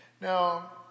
now